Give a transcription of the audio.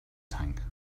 tank